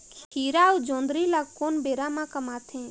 खीरा अउ जोंदरी ल कोन बेरा म कमाथे?